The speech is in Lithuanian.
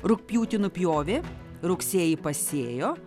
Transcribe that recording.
rugpjūtį nupjovė rugsėjį pasėjo